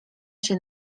się